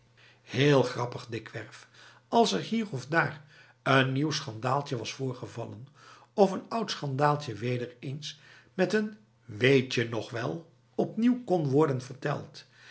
heel grappig dikwerf als er hier of daar n nieuw schandaaltje was voorgevallen of n oud schandaaltje weder eens met een weetje nog wel opnieuw kon worden verteld